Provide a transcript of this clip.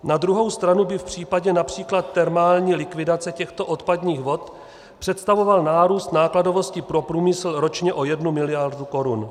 Na druhou stranu by v případě například termální likvidace těchto odpadních vod představoval nárůst nákladovosti pro průmysl ročně o jednu miliardu korun.